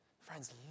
Friends